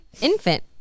infant